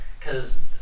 Cause